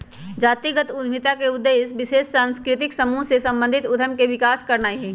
जातिगत उद्यमिता का उद्देश्य विशेष सांस्कृतिक समूह से संबंधित उद्यम के विकास करनाई हई